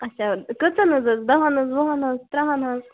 اَچھا کٔژَن ہُنٛد حظ دَہَن ہُنٛد وُہَن ہُنٛد ترٕٛہَن ہُنٛد